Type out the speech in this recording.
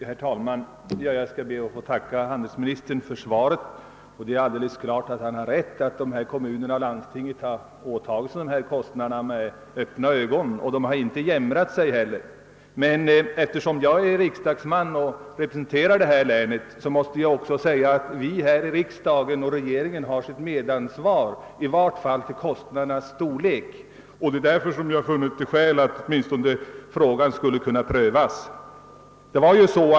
Herr talman! Jag ber att få tacka handelsministern för svaret. Det är alldeles klart att han har rätt i att vederbörande kommuner och. landsting har åtagit sig dessa kostnader med öppna ögon, och de har inte heller jämrat sig. Eftersom jag representerar det aktuella länet i riksdagen måste jag emellertid påpeka, att riksdag och regering har sitt medansvar, i varje fall för kostnadernas storlek. Det är därför jag har funnit skäl för att frågan åtminstone skulle kunna prövas.